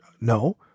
No